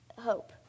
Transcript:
hope